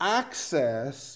access